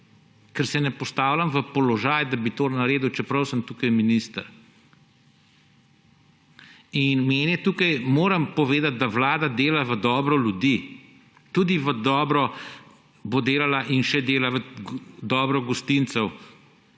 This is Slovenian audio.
ker se ne postavljam v položaj, da bi to naredil, čeprav sem tukaj minister. Moram povedati, da Vlada dela v dobro ljudi, tudi bo delala in že dela v dobro gostincev,